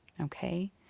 Okay